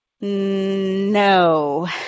No